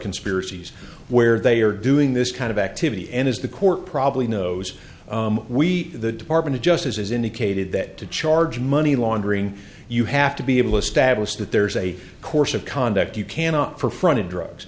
conspiracies where they are doing this kind of activity and as the court probably knows we the department of justice has indicated that to charge money laundering you have to be able establish that there is a course of conduct you cannot for front of drugs